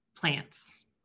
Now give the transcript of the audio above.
plants